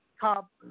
top